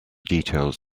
details